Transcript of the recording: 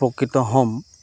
উপকৃত হ'ম